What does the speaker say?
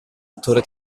attore